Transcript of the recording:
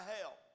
help